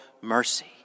mercy